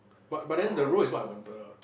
but but then the role is what I wanted lah